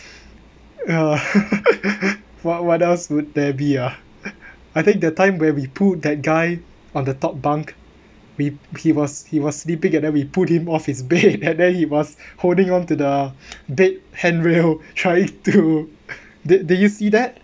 what what else would there be ah I think the time where we put that guy on the top bunk we he was he was sleeping and then we pull him off his bed and then he was holding onto the bed handrail try to did did you see that